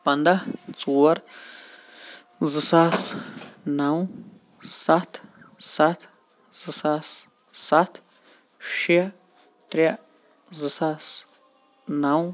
پنٛداہ ژور زٕ ساس نَو سَتھ سَتھ زٕ ساس سَتھ شےٚ ترٛےٚ زٕ ساس نَو